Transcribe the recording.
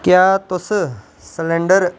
क्या तुस सलैंडर